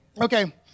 Okay